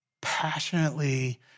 passionately